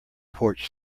porch